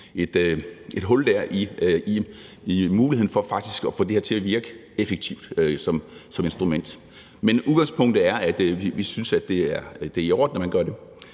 et hul i muligheden for faktisk at få det her til at virke effektivt som instrument. Men udgangspunktet er, at vi synes, det er i orden, at man gør det.